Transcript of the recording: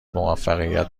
موفقیت